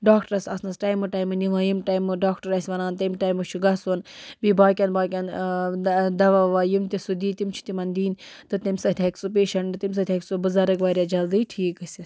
ڈاکٹَرَس آسنَس ٹایمہٕ ٹایمہٕ نِوان ییٚمہِ ٹایمہٕ ڈاکٹر آسہِ وَنان تَمہِ ٹایمہٕ چھُ گَژھُن بیٚیہِ باقٮ۪ن باقٮ۪ن دَوا وَوا یِم تہِ سُہ دِی تِم چھِ تِمَن دِنۍ تہٕ تمہِ سۭتۍ ہیکہِ سُہ پیٚشَنٹ تمہِ سۭتۍ ہیکہِ سُہ بُزرَگ واریاہ جلدٕے ٹھیٖک گٔژھِتھ